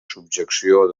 subjecció